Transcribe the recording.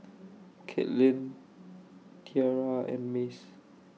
Kaitlin Tiara and Mace